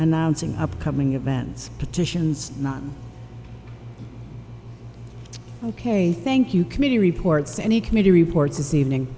announce an upcoming events petitions not ok thank you committee reports any committee reports this evening